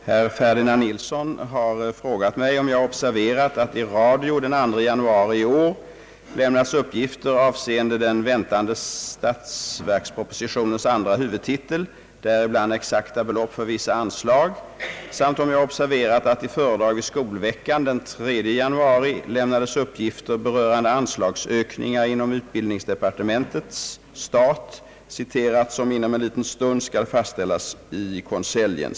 Herr Ferdinand Nilsson har frågat mig om jag observerat att i radio den 2 januari i år lämnats uppgifter avseende den väntade statsverkspropositionens andra huvudtitel, däribland exakta belopp för vissa anslag, samt om jag observerat att i föredrag vid »Skolveckan» den 3 januari lämnades uppgifter berörande anslagsökningar inom utbildningsdepartementets stat »som inom en liten stund skall fastställas i konseljen».